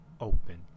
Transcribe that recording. open